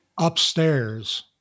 upstairs